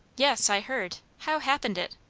yes, i heard. how happened it?